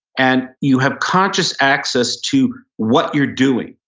and you have conscious access to what you're doing.